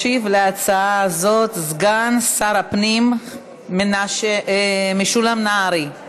ישיב על ההצעה הזאת סגן שר הפנים משולם נהרי.